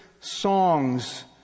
songs